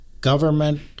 government